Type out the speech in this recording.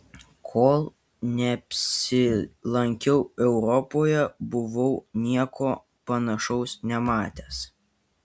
kol neapsilankiau europoje buvau nieko panašaus nematęs